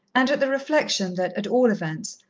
and at the reflection that, at all events,